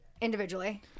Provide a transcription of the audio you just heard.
individually